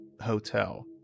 hotel